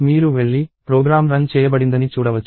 మీరు వెళ్లి program run చేయబడిందని చూడవచ్చు